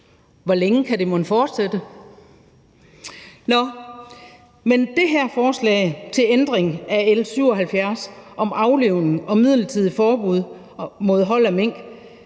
Hvor længe kan det mon fortsætte? Nå, men det her forslag til ændring af L 77 om aflivning og midlertidigt forbud mod hold af mink